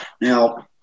Now